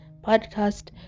podcast